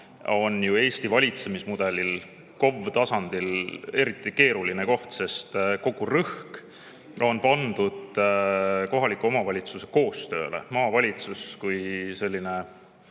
on Eesti valitsemismudeli puhul KOV-tasandil eriti keeruline koht, sest kogu rõhk on pandud kohaliku omavalitsuse koostööle. Maavalitsus kui